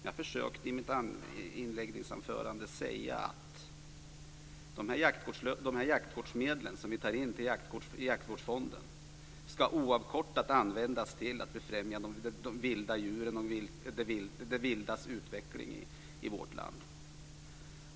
Jag försökte att i mitt inledningsanförande säga att jaktvårdsmedlen som tas in till jaktvårdsfonden oavkortat ska användas till att befrämja de vilda djuren och det vildas utveckling i vårt land.